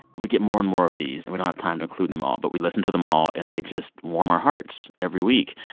we get more and more of these. and we don't have time to include them all, but we listen to them all. and they just warm our hearts every week.